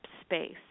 space